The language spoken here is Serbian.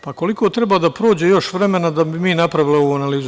Pa, koliko treba da prođe još vremena da bi mi napravili ovu analizu?